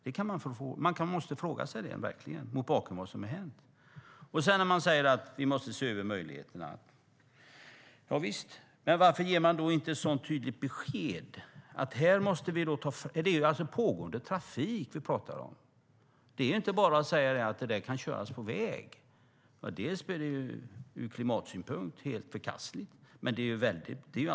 Det måste man fråga sig mot bakgrund av det som hänt. Sedan sägs det att vi måste se över möjligheterna. Javisst, men varför ger man då inte ett tydligt besked om det? Det är pågående trafik vi talar om. Det är inte bara att säga att det kan köras på väg. Dels är det ur klimatsynpunkt helt förkastligt, dels är det fråga om stora mängder.